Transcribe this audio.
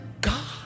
god